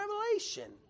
Revelation